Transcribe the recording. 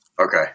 Okay